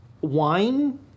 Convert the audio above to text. wine